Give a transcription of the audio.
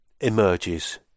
emerges